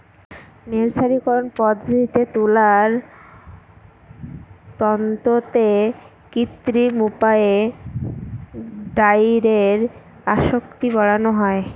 মের্সারিকরন পদ্ধতিতে তুলার তন্তুতে কৃত্রিম উপায়ে ডাইয়ের আসক্তি বাড়ানো হয়